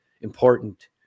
important